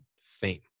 fame